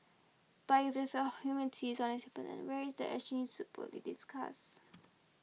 but if the fell humanity is on the where is the action so boldly discuss